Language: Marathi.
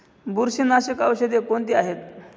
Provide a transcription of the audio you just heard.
बुरशीनाशक औषधे कोणती आहेत?